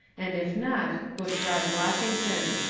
and, if not, bushrod washington.